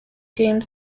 game